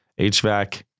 HVAC